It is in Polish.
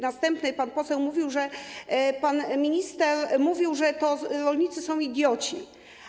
Następny pan poseł mówił, że pan minister mówił, że rolnicy są idiotami.